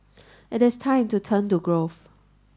it is time to turn to growth